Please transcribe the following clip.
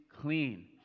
clean